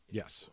yes